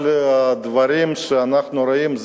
אבל הדברים שאנחנו רואים,